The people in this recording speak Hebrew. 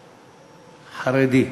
חרדי,